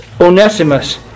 Onesimus